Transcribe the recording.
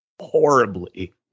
horribly